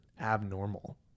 abnormal